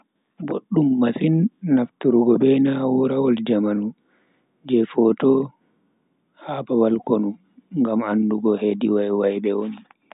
Boduum masin nafturgo be na'urawol jamanu je foto ha babal konu, ngam andugo hedi waiwaibe woni.